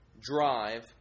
drive